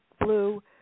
blue